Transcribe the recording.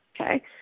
Okay